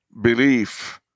belief